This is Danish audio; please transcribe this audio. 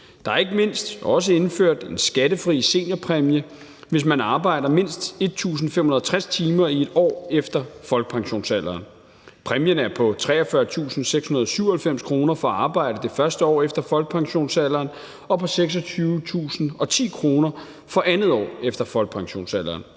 Der er ikke mindst også indført en skattefri seniorpræmie, hvis man arbejder mindst 1.560 timer i et år efter folkepensionsalderen. Præmien er på 43.697 kr. for arbejde det første år efter folkepensionsalderen og på 26.010 kr. for andet år efter folkepensionsalderen.